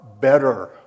better